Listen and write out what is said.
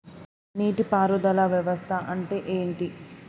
నీటి పారుదల వ్యవస్థ అంటే ఏంటి?